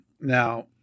Now